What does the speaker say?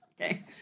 okay